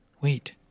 Wait